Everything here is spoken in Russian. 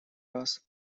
раз